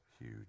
huge